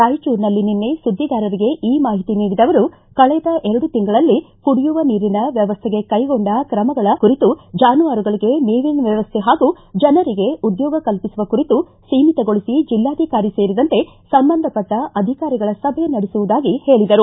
ರಾಯಚೂರಿನಲ್ಲಿ ನಿನ್ನೆ ಸುದ್ದಿಗಾರರಿಗೆ ಈ ಮಾಹಿತಿ ನೀಡಿದ ಅವರು ಕಳೆದ ಎರಡು ತಿಂಗಳಲ್ಲಿ ಕುಡಿಯುವ ನೀರಿನ ವ್ಚವಸ್ಥೆಗೆ ಕ್ಕೆಗೊಂಡ ಕ್ರಮಗಳ ಕುರಿತು ಜಾನುವಾರುಗಳಿಗೆ ಮೇವಿನ ವ್ಯವಸ್ಥೆ ಹಾಗೂ ಜನರಿಗೆ ಉದ್ಯೋಗ ಕಲ್ಪಿಸುವ ಕುರಿತು ಸೀಮಿತಗೊಳಿಸಿ ಜಿಲ್ಲಾಧಿಕಾರಿ ಸೇರಿದಂತೆ ಸಂಬಂಧಪಟ್ಟ ಅಧಿಕಾರಿಗಳ ಸಭೆ ನಡೆಸುವುದಾಗಿ ಹೇಳಿದರು